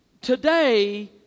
Today